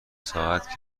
ساعت